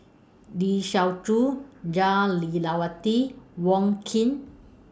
Lee Siew Choh Jah Lelawati Wong Keen